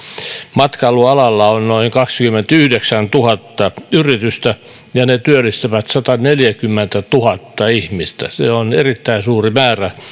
matkailualalla on noin kaksikymmentäyhdeksäntuhatta yritystä ja ne työllistävät sataneljäkymmentätuhatta ihmistä se on erittäin suuri määrä